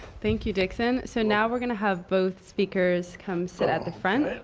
thank you, dickson. so now we're going to have both speakers come sit at the front.